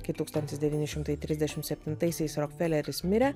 kai tūkstantis devyni šimtai trisdešimt septintaisiais rokfeleris mirė